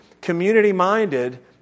community-minded